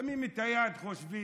שמים את היד, חושבים: